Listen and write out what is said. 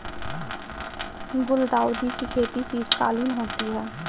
गुलदाउदी की खेती शीतकालीन होती है